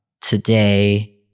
today